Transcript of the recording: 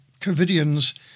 Covidians